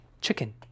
chicken